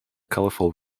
colorful